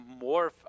morph